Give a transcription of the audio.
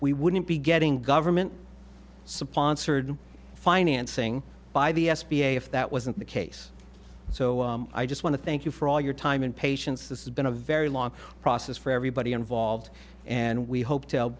we wouldn't be getting government supplants heard financing by the s b a if that wasn't the case so i just want to thank you for all your time and patience this has been a very long process for everybody involved and we hope to